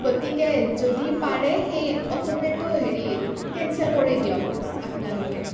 গতিকে যদি পাৰে সেই অ'টোপে'টো হেৰি কেনচেল কৰি দিয়ক আপোনালোকে